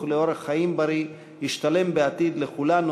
לאורח חיים בריא ישתלם בעתיד לכולנו,